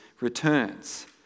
returns